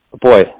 boy